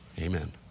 Amen